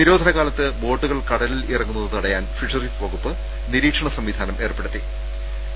നിരോധന കാലത്ത് ബോട്ടുകൾ കടലിൽ ഇറങ്ങുന്നത് തടയാൻ ഫിഷറീസ് വകുപ്പ് നിരീക്ഷണ സംവിധാനം ഏർപ്പെടു ത്തിയിട്ടുണ്ട്